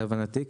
להבנתי, כן.